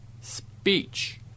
speech